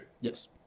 Yes